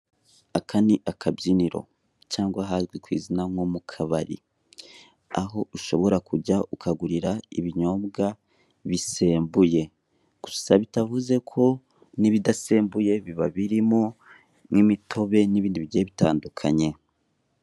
Aka ni akabyiniro, cyangwa ahazwi kwizina nko mukabari, aho ushobora kujya ukagurira ibinyobwa bisembuye, gusa bitavuze ko na ibidasembuye biba birimo, nka imitobe na ibindi bigiye bitandukanye.